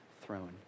throne